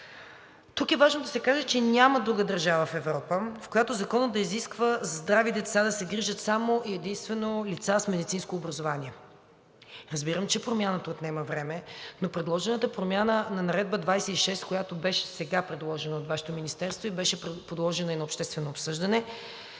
Тук е важно да се каже, че няма друга държава в Европа, в която законът да изисква за здрави деца да се грижат само и единствено лица с медицинско образование. Разбирам, че промяната отнема време, но предложената промяна на Наредба № 26, която беше предложена сега от Вашето министерство и беше подложена и на обществено обсъждане,